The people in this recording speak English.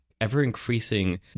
ever-increasing